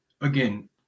Again